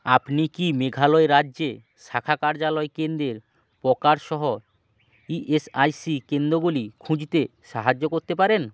আপনি কি মেঘালয় রাজ্যে শাখা কার্যালয় কেন্দ্রের প্রকার সহ ই এস আই সি কেন্দ্রগুলি খুঁজতে সাহায্য করতে পারেন